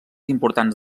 importants